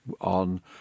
on